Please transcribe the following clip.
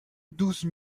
douze